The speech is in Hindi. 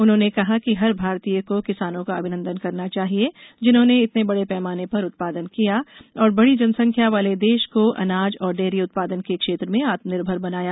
उन्होंने कहा कि हर भारतीय को किसानों का अभिनन्दन करना चाहिए जिन्होंने इतने बड़े पैमाने पर उत्पादन किया और बड़ी जनसंख्या वाले देश को अनाज और डेयरी उत्पादन के क्षेत्र में आत्मनिर्भर बनाया